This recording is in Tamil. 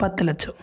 பத்து லட்சம்